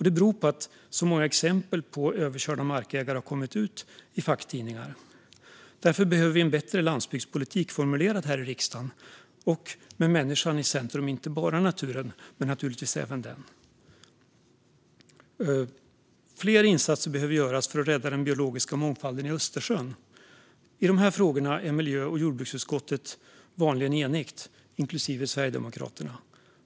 Det beror på att så många exempel på överkörda markägare har kommit ut i facktidningar. Därför behöver vi formulera en bättre landsbygdspolitik här i riksdagen med människan i centrum och inte bara naturen - men naturligtvis även den. Fler insatser behövs för att rädda den biologiska mångfalden i Östersjön. I de frågorna är miljö och jordbruksutskottet vanligen enigt, inklusive Sverigedemokraterna.